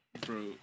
Bro